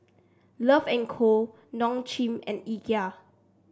Love and Co Nong and Ikea